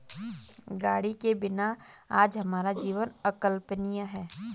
गाड़ी के बिना आज हमारा जीवन अकल्पनीय है